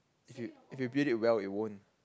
if you if you build it well it won't